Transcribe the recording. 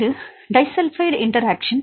இது disulphide interaction